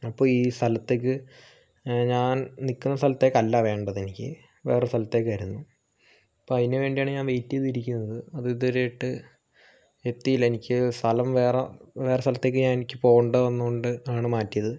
അപ്പോൾ ഈ സ്ഥലത്തേക്ക് ഞാൻ നിൽക്കുന്ന സ്ഥലത്തേക്ക് അല്ല വേണ്ടത് എനിക്ക് വേറെ സ്ഥലത്തേക്കായിരുന്നു അപ്പൊ അതിനുവേണ്ടിയാണ് ഞാൻ വെയിറ്റ് ചെയ്ത് ഇരിക്കുന്നത് അത് ഇതുവരെയായിട്ട് എത്തീല്ല എനിക്ക് സ്ഥലം വേറ വേറെ സ്ഥലത്തേക്ക് എനിക്ക് പോണ്ടതായതുകൊണ്ട് ആണ് മാറ്റിയത്